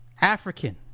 African